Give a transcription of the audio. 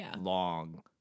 long